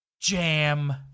jam